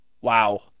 wow